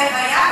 ללוויה,